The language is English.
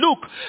look